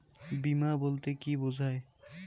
বিমা বলতে কি বোঝায়?